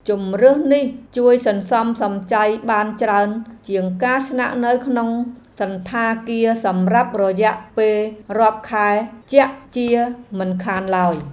ជម្រើសនេះជួយសន្សំសំចៃបានច្រើនជាងការស្នាក់នៅក្នុងសណ្ឋាគារសម្រាប់រយៈពេលរាប់ខែជាក់ជាមិនខានឡើយ។